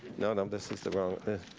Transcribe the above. yeah and um this is the wrong oh,